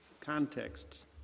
contexts